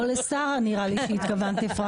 בסעיף (ב1)(ב)(ב)(4)